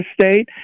State